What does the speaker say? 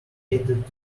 added